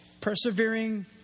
Persevering